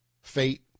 fate